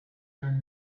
their